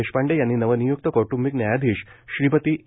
देशपांडे यांनी नवनिय्क्त कौट्बिक न्यायाधीश श्रीमती ए